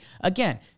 again